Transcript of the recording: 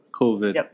COVID